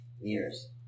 Years